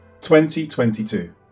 2022